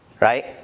right